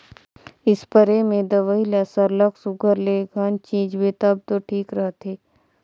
spray में दवई ल सरलग सुग्घर ले घन छींचबे तब दो ठीक रहथे